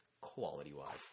quality-wise